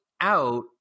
out